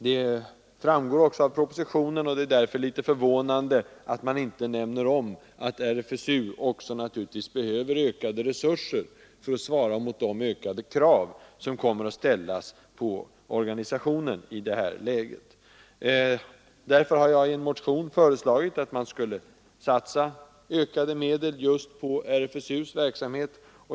Det framgår också av propositionen, och det är därför litet förvånande att man inte nämner, att RFSU naturligtvis behöver ökade resurser för att motsvara de höjda krav som kommer att ställas på organisationen i detta läge. Jag har med anledning härav i en motion föreslagit, att man skall satsa ökade medel på RFSU:s verksamhet.